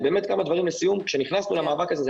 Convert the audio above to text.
כאשר נכנסנו למאבק הזה,